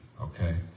Okay